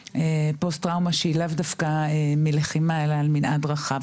פוסט טראומה שהיא לאו דווקא מלחימה אלא על מנעד רחב.